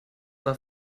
war